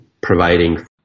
providing